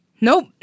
nope